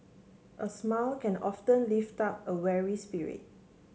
a smile can often lift up a weary spirit